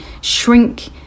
shrink